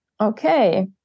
Okay